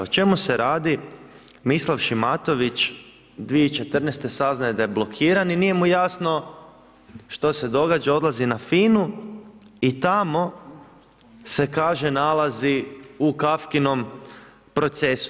O čemu se radi, Mislav Šimatović 2014. saznaje da je blokiran i nije mu jasno što se događa, odlazi na FINA-u i tamo se kaže nalazi u Kafkinom „Procesu“